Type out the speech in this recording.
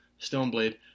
Stoneblade